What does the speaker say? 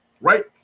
right